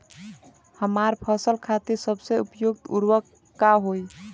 हमार फसल खातिर सबसे उपयुक्त उर्वरक का होई?